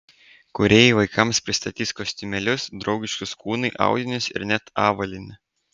kūrėjai vaikams pristatys kostiumėlius draugiškus kūnui audinius ir net avalynę